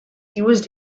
used